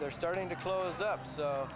they're starting to close up